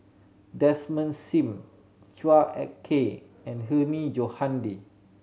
Desmond Sim Chua Ek Kay and Hilmi Johandi